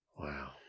Wow